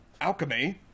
alchemy